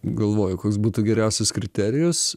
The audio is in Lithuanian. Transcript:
galvoju koks būtų geriausias kriterijus